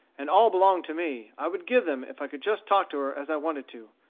and all belonged to me, i would give them if i could just talk to her as i wanted to.